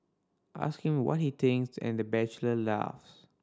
ask him what he thinks and the bachelor laughs